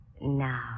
Now